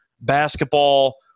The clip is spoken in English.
basketball